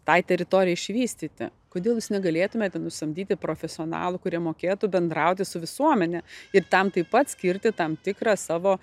tai teritorijai išvystyti kodėl jūs negalėtumėte nusamdyti profesionalų kurie mokėtų bendrauti su visuomene ir tam taip pat skirti tam tikrą savo